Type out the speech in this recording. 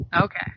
okay